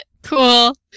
cool